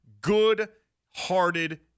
good-hearted